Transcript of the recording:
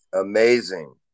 Amazing